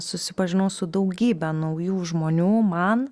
susipažinau su daugybe naujų žmonių man